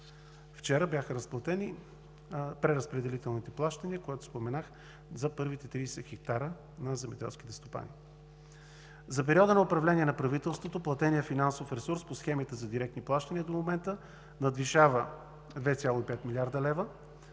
бяха разплатени преразпределителните плащания за първите 30 хектара на земеделските стопани. За периода на управление на правителството платеният финансов ресурс по схемите за директни плащания до момента надвишава 2,5 млрд. лв.